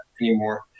anymore